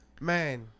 Man